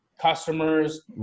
customers